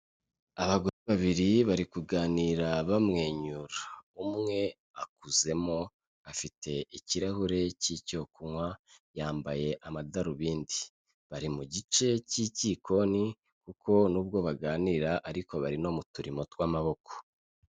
Abagore babiri bari kuganira bamwenyura, umwe akuzemo afite ikirahure cy'icyo kunywa, yambaye amadarubindi, bari mu gice cy'ikikoni kuko baganira ariko bari no mu turimo tw'amaboko.